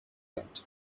end